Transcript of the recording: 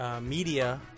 media